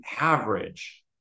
average